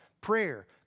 Prayer